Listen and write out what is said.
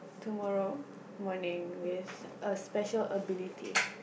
tomorrow morning with a special ability